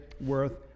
worth